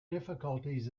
difficulties